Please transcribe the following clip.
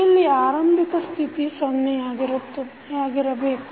ಅಲ್ಲಿ ಆರಂಭಿಕ ಸ್ಥಿತಿ ಸೊನ್ನೆಯಾಗಿರಬೇಕು